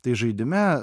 tai žaidime